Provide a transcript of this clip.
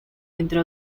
entre